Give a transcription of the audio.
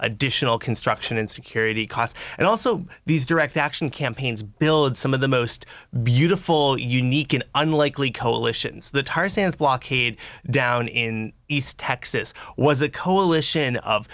additional construction and security costs and also these direct action campaigns build some of the most beautiful unique in unlikely coalitions the tar sands blockade down in east texas was a coalition of